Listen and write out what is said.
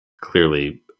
clearly